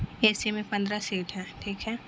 اے C میں پندرہ seat ہے ٹھیک ہے